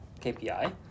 KPI